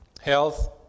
health